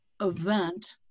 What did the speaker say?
event